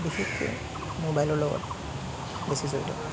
বিশেষকৈ ম'বাইলৰ লগত বেছি জড়িত